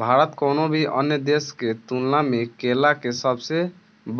भारत कउनों भी अन्य देश के तुलना में केला के सबसे